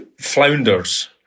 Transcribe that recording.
flounders